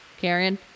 karen